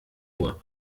nur